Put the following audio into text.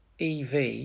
EV